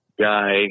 guy